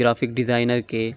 graphic designer کے